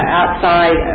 outside